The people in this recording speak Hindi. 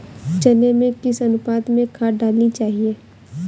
चने में किस अनुपात में खाद डालनी चाहिए?